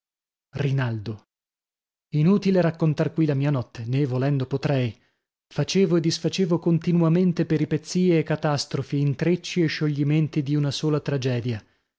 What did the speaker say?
rinaldo inutile raccontar qui la mia notte nè volendo potrei facevo e disfacevo continuamente peripezie e catastrofi intrecci e scioglimenti di una sola tragedia